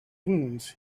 wounds